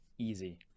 Easy